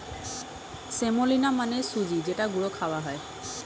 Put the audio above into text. semolina মানে সুজি যেটা গুঁড়ো খাওয়া হয়